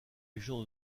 légion